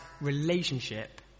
relationship